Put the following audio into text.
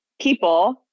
people